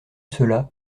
cela